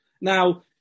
Now